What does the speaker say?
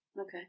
Okay